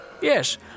Yes